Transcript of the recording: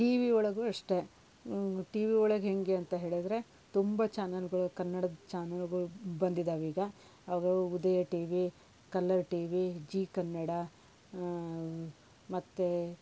T V ಒಳಗೂ ಅಷ್ಟೇ T V ಒಳಗೆ ಹೇಗೆ ಅಂತ ಹೇಳಿದ್ರೆ ತುಂಬ ಚಾನೆಲ್ಗಳು ಕನ್ನಡದ ಚಾನೆಲ್ಗಳು ಬಂದಿದ್ದಾವೀಗ ಅದು Udaya T V Colors T V Zee Kannada ಮತ್ತೆ